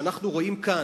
שאנחנו רואים כאן,